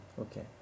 Okay